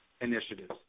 initiatives